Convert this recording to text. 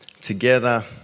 together